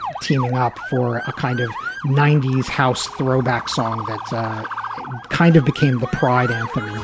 teaming up for a kind of ninety s house throwback song that kind of became the pride anthem